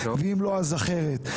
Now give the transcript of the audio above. ואם לא אז אחרת.